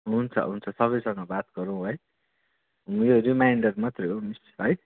हुन्छ हुन्छ सबैसँग बात गरौँ है यो रिमाइन्डर मात्रै हौ मिस है